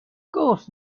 course